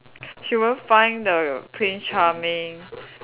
she won't find the prince charming